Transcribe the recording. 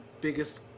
biggest